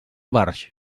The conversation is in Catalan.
barx